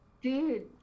Dude